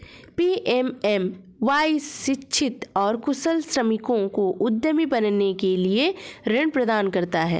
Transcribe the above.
PMMY शिक्षित और कुशल श्रमिकों को उद्यमी बनने के लिए ऋण प्रदान करता है